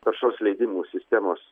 taršos leidimų sistemos